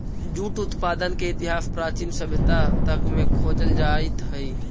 jute उत्पादन के इतिहास प्राचीन सभ्यता तक में खोजल जाइत हई